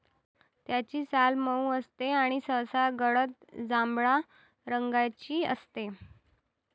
त्याची साल मऊ असते आणि सहसा गडद जांभळ्या रंगाची असते